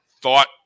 thought